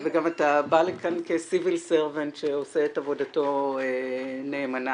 אתה גם בא לכאן כסיביל סרוונט שעושה את עבודתו נאמנה.